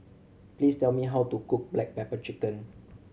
please tell me how to cook black pepper chicken